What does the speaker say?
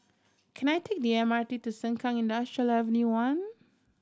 can I take the M R T to Sengkang Industrial Avenue One